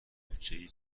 بودجهای